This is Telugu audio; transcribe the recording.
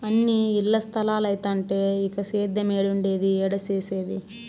అన్నీ ఇల్ల స్తలాలైతంటే ఇంక సేద్యేమేడుండేది, ఏడ సేసేది